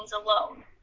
alone